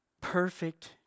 perfect